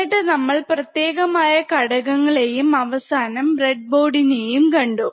എന്നിട്ട് നമ്മൾ പ്രത്യേകമായ ഘടകങ്ങളെയും അവസാനം ബ്രെഡ്ബോഡിനെയും കണ്ടു